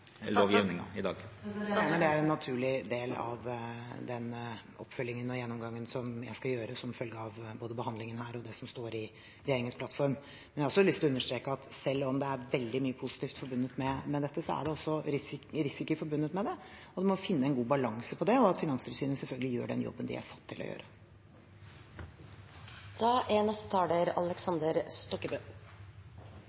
eller mener finansministeren at Finanstilsynet har en riktig fortolkning av regelverket som ligger i dag, bl.a. for hvor omfattende virksomhet en kan drive før en møter de beskrankningene som ligger i lovgivningen? Jeg mener det er en naturlig del av den oppfølgingen og gjennomgangen som jeg skal gjøre som følge av både behandlingen her, og det som står i regjeringens plattform. Jeg har også lyst til å understreke at selv om det er veldig mye positivt forbundet med dette, er det også risikoer forbundet med det, at man må finne en god balanse for det, og at Finanstilsynet selvfølgelig